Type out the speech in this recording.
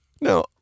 No